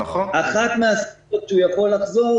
אחת מהסיבות שהוא יכול לחזור,